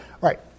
right